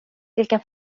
vilken